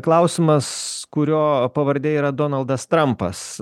klausimas kurio pavardė yra donaldas trampas